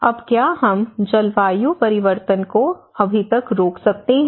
अब क्या हम जलवायु परिवर्तन को अभी तक रोक सकते हैं